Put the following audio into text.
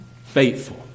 faithful